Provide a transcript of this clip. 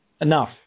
Enough